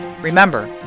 Remember